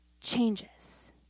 changes